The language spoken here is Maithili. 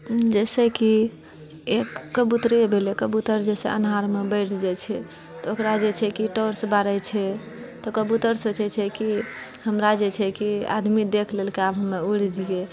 जइसँ कि एक कबूतरे भेलै कबूतर जइसँ अन्हारमे बैठि जाइ छै तऽ ओकरा जे छै कि टॉर्च बारै छै तऽ कबूतर सोचै छै कि हमरा जे छै कि आदमी देखि लेलकै आब हमरा उड़ि जेबै